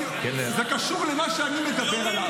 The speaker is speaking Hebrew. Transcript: זה קשור למה שאני מדבר עליו.